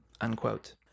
unquote